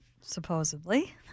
Supposedly